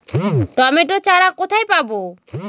Tomato চারা কোথায় পাবো?